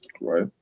Right